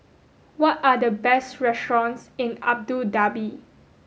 what are the best restaurants in Abu Dhabi